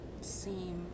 seem